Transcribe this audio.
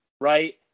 right